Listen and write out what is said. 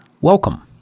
welcome